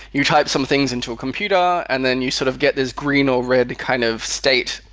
you type some things into a computer and then you sort of get is green or red kind of state,